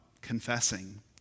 confessing